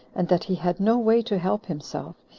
and that he had no way to help himself,